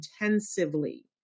intensively